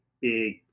big